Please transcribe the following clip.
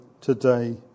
today